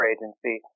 Agency